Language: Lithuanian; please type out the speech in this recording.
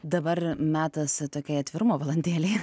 dabar metas kai atvirumo valandėlė